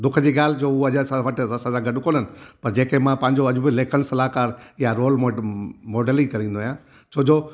दुख जी ॻाल्हि जो उहो असां वटि असांसा गॾु कोन्हनि पर जंहिंखे मां पंहिंजो अॼु बि लेखन सलाहकार या रोल मॉ मॉडल ई करे ईंदो आहिंयां छो जो